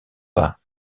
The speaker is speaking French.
pas